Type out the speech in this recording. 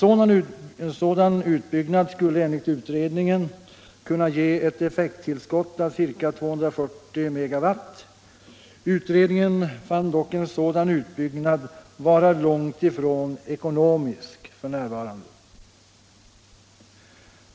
En sådan utbyggnad skulle enligt utredningen kunna ge ett effekttillskott av ca 240 MW. Utredningen fann dock en sådan utbyggnad vara långt ifrån ekonomisk f.n.